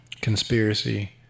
conspiracy